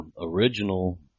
original